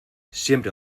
siempre